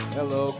Hello